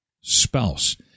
spouse